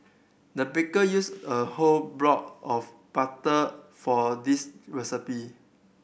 the baker used a whole block of butter for this recipe